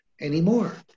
anymore